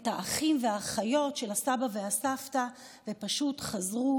את האחים והאחיות של הסבא והסבתא ופשוט חזרו